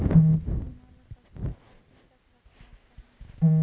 बीमा ल कतना अवधि तक रखना सही हे?